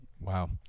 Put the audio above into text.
wow